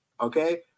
Okay